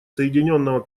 соединенного